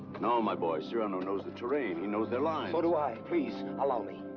no, my boy. cyrano knows the terrain, he knows their lines so do i. please, allow me.